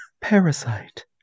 Parasite